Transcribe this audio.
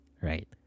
right